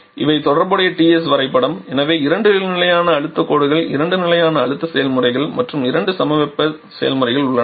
இவை தொடர்புடைய Ts வரைபடம் எனவே இரண்டு நிலையான அழுத்தக் கோடுகள் இரண்டு நிலையான அழுத்த செயல்முறைகள் மற்றும் இரண்டு சமவெப்ப செயல்முறைகள் உள்ளன